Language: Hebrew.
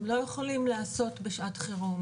הם לא יכולים להיעשות בשעת חירום.